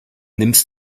nimmst